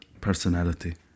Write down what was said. personality